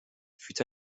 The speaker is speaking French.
fut